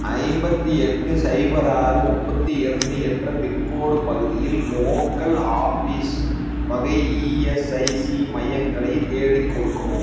ஐம்பத்தி எட்டு ஸைபர் ஆறு முப்பத்தி இரண்டு என்ற பின்கோடு பகுதியில் லோக்கல் ஆஃபீஸ் வகை இஎஸ்ஐசி மையங்களைத் தேடிக்கொடுக்கவும்